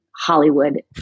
hollywood